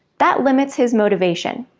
that limits his motivation.